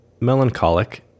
melancholic